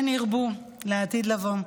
כן ירבו לעתיד לבוא.